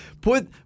Put